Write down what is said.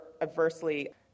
adversely